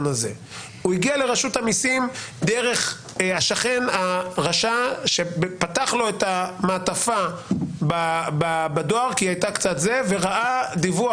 הזה אלא דרך השכן הרשע שפתח לו את המעטפה בדואר וראה דיווח